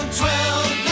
twelve